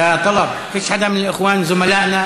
יא טלב, אין אף אחד מהאחים העמיתים, לא?